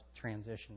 transition